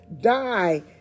die